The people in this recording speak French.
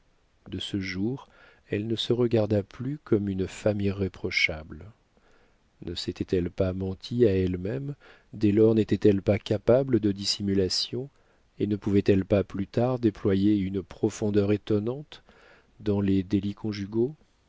de ce jour elle ne se regarda plus comme une femme irréprochable ne s'était-elle pas menti à elle-même dès lors n'était-elle pas capable de dissimulation et ne pouvait-elle pas plus tard déployer une profondeur étonnante dans les délits conjugaux